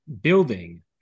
building